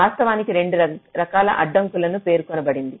వాస్తవానికి 2 రకాల అడ్డంకులను పేర్కొనబడింది